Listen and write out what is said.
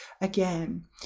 again